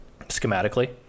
schematically